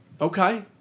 okay